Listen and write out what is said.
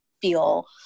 feel